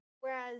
Whereas